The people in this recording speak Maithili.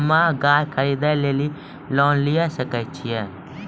हम्मे गाय खरीदे लेली लोन लिये सकय छियै?